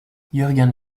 jürgen